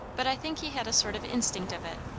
but i think he had a sort of instinct of it,